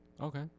Okay